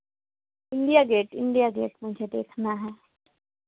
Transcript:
India Gate India Gate मुझे देखना है